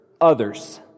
others